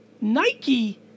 Nike